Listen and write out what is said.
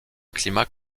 climat